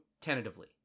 tentatively